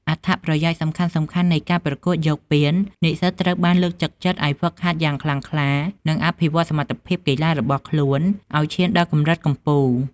អត្ថប្រយោជន៍សំខាន់ៗនៃការប្រកួតយកពាន និស្សិតត្រូវបានលើកទឹកចិត្តឱ្យហ្វឹកហាត់យ៉ាងខ្លាំងក្លា និងអភិវឌ្ឍសមត្ថភាពកីឡារបស់ខ្លួនឱ្យឈានដល់កម្រិតកំពូល។